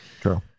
True